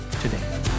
today